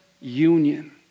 union